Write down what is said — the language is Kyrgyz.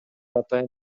атайын